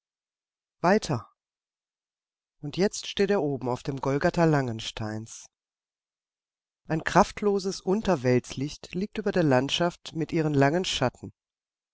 weiter und jetzt steht er oben auf dem golgatha langensteins ein kraftloses unterweltslicht liegt über der landschaft mit ihren langen schatten